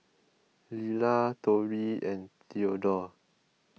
Lelar Torie and theadore